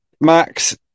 max